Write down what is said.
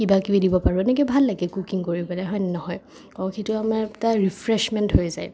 কিবাকিবি দিব পাৰোঁ এনেকৈ ভাল লাগে কুকিং কৰি পেলাই হয়নে নহয় সেইটোৱে আমাৰ এটা ৰিফ্ৰেজমেণ্ট হৈ যায়